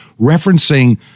referencing